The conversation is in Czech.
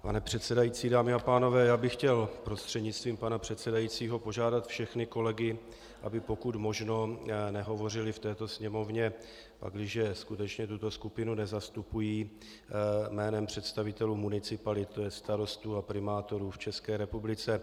Pane předsedající, dámy a pánové, já bych chtěl prostřednictvím pana předsedajícího požádat všechny kolegy, aby pokud možno nehovořili v této sněmovně, pakliže skutečně tuto skupinu nezastupují, jménem představitelů municipalit, tj. starostů a primátorů v České republice.